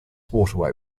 waterway